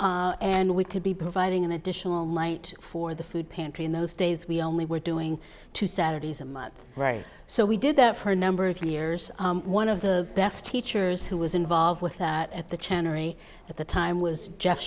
and we could be providing an additional might for the food pantry in those days we only were doing two saturdays a month right so we did that for a number of years one of the best teachers who was involved with that at the channel at the time was j